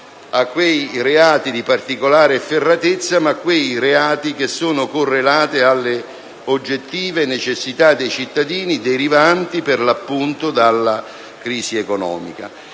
a quei reati di particolare efferatezza, ma a reati correlati alle effettive necessità dei cittadini derivanti, per l'appunto, dalla crisi economica.